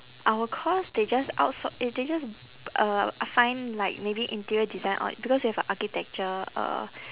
our course they just outsour~ it they just uh find like maybe interior design or because we have a architecture uh